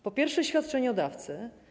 Po pierwsze, świadczeniobiorcy.